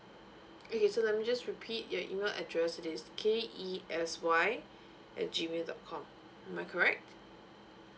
okay so let me just repeat your email address it is K E S Y at G mail dot com am I correct